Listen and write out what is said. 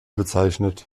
bezeichnet